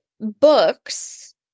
books